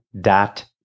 dot